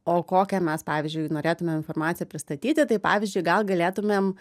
o kokią mes pavyzdžiui norėtumėm informaciją pristatyti tai pavyzdžiui gal galėtumėm